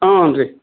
ಹ್ಞೂ ರೀ